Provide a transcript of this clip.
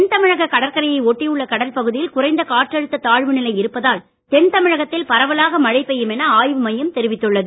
தென்தமிழக கடற்கரையை ஒட்டி உள்ள கடல் பகுதியில் குறைந்த காற்றழுத்த தாழ்வு நிலை இருப்பதால் தென்தமிழகத்தில் பரவலாக மழை பெய்யும் என ஆய்வு மையம் தெரிவித்துள்ளது